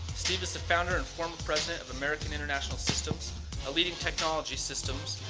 steve is the founder and former president of american international systems a leading technology systems,